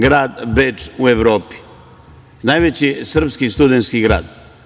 Grad Beč u Evropi je najveći srpski studentski grad.